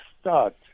start